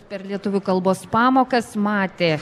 per lietuvių kalbos pamokas matė